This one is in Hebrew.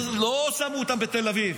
לא שמו אותם בתל אביב.